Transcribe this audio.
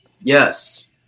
Yes